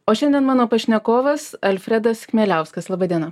o šiandien mano pašnekovas alfredas chmieliauskas laba diena